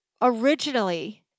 originally